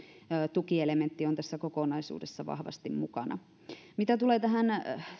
tukielementti on tässä kokonaisuudessa vahvasti mukana mitä tulee tähän